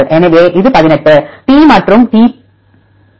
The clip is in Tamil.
எனவே இது 18 T மற்றும் T போட்டி